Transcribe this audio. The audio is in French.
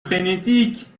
frénétique